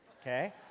Okay